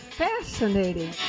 fascinating